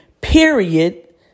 period